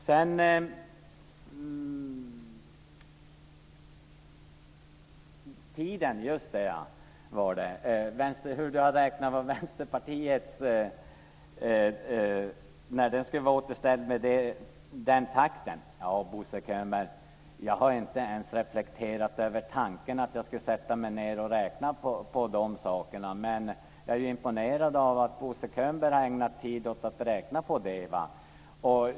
Sedan var det detta med tiden och hur Bo Könberg har räknat ut när det skulle vara återställt med Vänsterpartiets takt. Ja, Bo Könberg, jag har inte ens reflekterat över tanken att jag skulle sätta mig ned och räkna på de sakerna. Men jag är imponerad av att Bo Könberg ägnat tid åt att räkna på det.